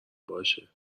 باشه